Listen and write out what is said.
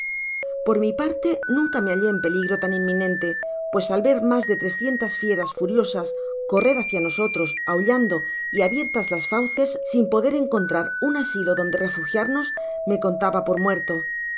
por mi parte nunca me hallé en peligro tan inminente pues al ver mas de trescientas fieras furiosas correr hácia nosotros aullando y abiertas las fauces sin poder encontrar un asilo donde refugiarnos me contaba por muerto